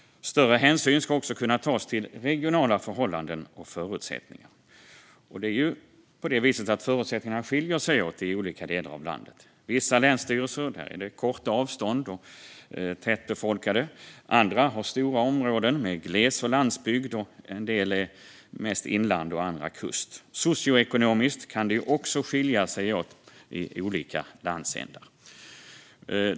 Större hänsyn ska också kunna tas till regionala förhållanden och förutsättningar. Det är ju på det viset att förutsättningarna skiljer sig åt i olika delar av landet. Vissa länsstyrelser har korta avstånd och hög befolkningstäthet. Andra har stora områden med glesbygd och landsbygd. En del har mest inland; andra har mest kust. Även socioekonomiskt kan det skilja sig åt mellan olika landsändar.